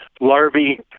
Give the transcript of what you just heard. larvae